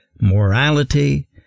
morality